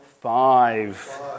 five